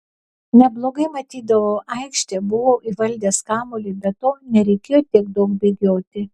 neblogai matydavau aikštę buvau įvaldęs kamuolį be to nereikėjo tiek daug bėgioti